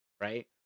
right